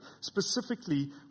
Specifically